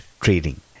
trading